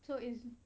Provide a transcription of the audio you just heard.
so it's